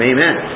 Amen